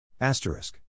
asterisk